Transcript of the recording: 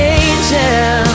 angel